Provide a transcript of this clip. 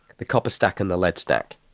the copper stack and the lead stack,